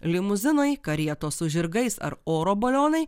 limuzinui karietos su žirgais ar oro balionai